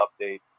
update